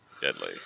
deadly